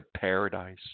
paradise